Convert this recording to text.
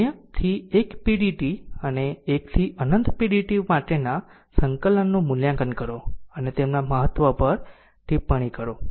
0 થી 1 pdt અને 1 થી અનંત pdt માટેના સંકલનનું મૂલ્યાંકન કરો અને તેમના મહત્વ પર ટિપ્પણી કરો